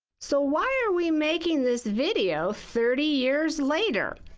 so why are we making this video thirty years later?